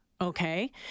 Okay